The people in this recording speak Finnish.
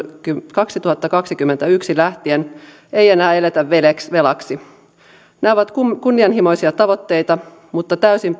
kaksituhattakaksikymmentäyksi lähtien ei enää eletä velaksi velaksi ne ovat kunnianhimoisia tavoitteita mutta täysin